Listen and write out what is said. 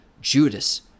Judas